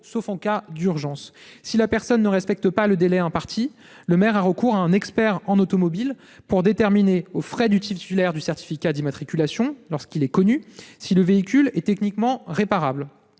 sauf en cas d'urgence. Si la personne ne respecte pas le délai imparti, le maire a recours à un expert en automobile pour déterminer, aux frais du titulaire du certificat d'immatriculation lorsqu'il est connu, si le véhicule est techniquement réparable